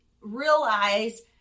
realize